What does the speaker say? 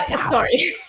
sorry